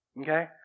Okay